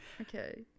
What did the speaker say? Okay